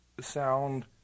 sound